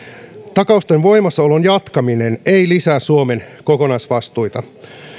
takausten voimassaolon jatkaminen ei lisää suomen kokonaisvastuita